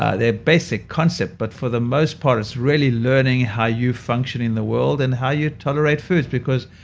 ah there are basic concepts, but, for the most part, it's really learning how you function in the world, and how you tolerate foods, because.